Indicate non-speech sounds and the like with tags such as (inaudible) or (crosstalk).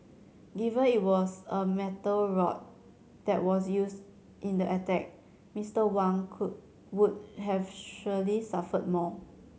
given it was a metal rod that was used in the attack Mister Wang (unintelligible) would have surely suffered more